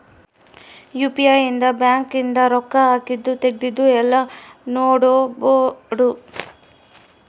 UPI ಇಂದ bank ಇಂದು ರೊಕ್ಕ ಹಾಕಿದ್ದು ತೆಗ್ದಿದ್ದು ಯೆಲ್ಲ ನೋಡ್ಬೊಡು